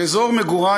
באזור מגורי,